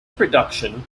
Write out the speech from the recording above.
production